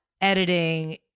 editing